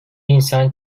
insan